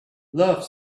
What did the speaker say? love